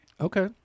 Okay